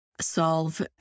solve